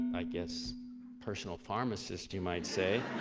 i guess personal pharmacist, you might say.